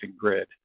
grid